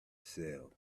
sale